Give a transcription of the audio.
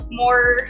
more